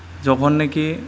जेब्लानोखि